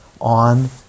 on